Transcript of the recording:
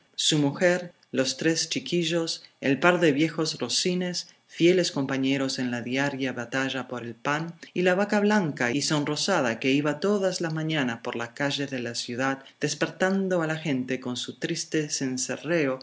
su mujer los tres chiquillos el par de viejos rocines fieles compañeros en la diaria batalla por el pan y la vaca blanca y sonrosada que iba todas las mañanas por las calles de la ciudad despertando a la gente con su triste cencerreo